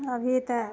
अभी तऽ